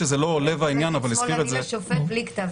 להגיד "שמאלני" לשופט בלי כתב אישום.